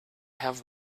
have